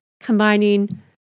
combining